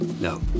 no